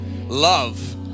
love